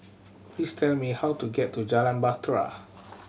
please tell me how to get to Jalan Bahtera